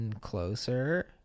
Closer